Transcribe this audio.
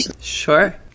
sure